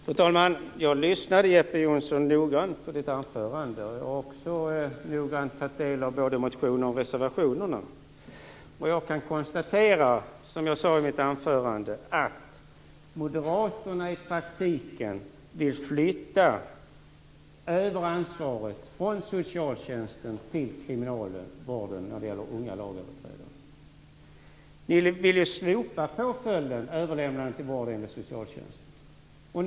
Fru talman! Jag lyssnade noggrant på Jeppe Johnssons anförande. Jag har också noggrant tagit del av både motionerna och reservationerna. Jag kan konstatera, som jag sade i mitt anförande, att moderaterna i praktiken vill flytta över ansvaret för unga lagöverträdare från socialtjänsten till kriminalvården. Ni vill slopa påföljden Överlämnande till vård enligt socialtjänstlagen.